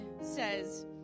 says